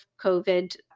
COVID